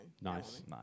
nice